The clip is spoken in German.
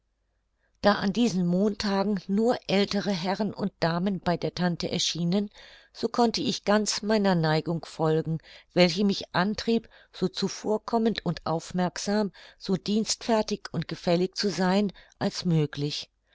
da an diesen montagen nur ältere herren und damen bei der tante erschienen so konnte ich ganz meiner neigung folgen welche mich antrieb so zuvorkommend und aufmerksam so dienstfertig und gefällig zu sein als möglich